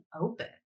open